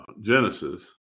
Genesis